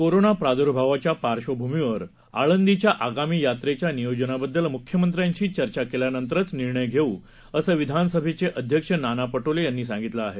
corona प्रादुर्भावाच्या पार्श्वभूमीवर आळंदीच्या आगामी यात्रेच्या नियोजनाबद्दल मुख्यमंत्र्यांशी चर्चा केल्यानंतरच निर्णय घेऊ असं विधानसभेचे अध्यक्ष नाना पटोले यांनी सांगितलं आहे